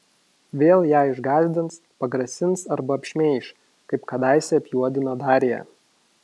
vėl ją išgąsdins pagrasins arba apšmeiš kaip kadaise apjuodino darią